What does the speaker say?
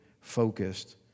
focused